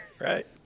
Right